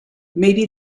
maybe